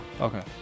Okay